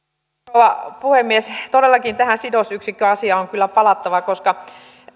rouva puhemies todellakin tähän sidosyksikköasiaan on kyllä palattava koska